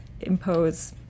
impose